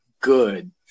good